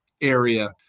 area